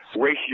ratio